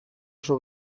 oso